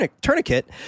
tourniquet